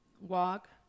Walk